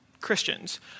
Christians